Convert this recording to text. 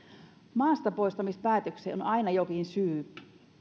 maastapoistamispäätökseen on aina jokin syy